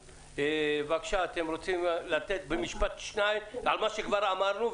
אתם רוצים לומר משפט על מה שכבר אמרנו?